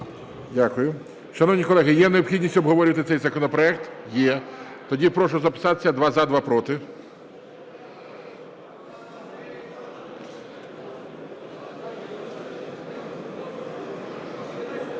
Дякую. Шановні колеги, є необхідність обговорювати цей законопроект? Є. Тоді прошу записатися: два – за, два – проти.